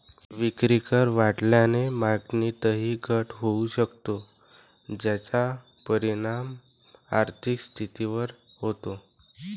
विक्रीकर वाढल्याने मागणीतही घट होऊ शकते, ज्याचा परिणाम आर्थिक स्थितीवर होतो